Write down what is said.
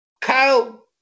Kyle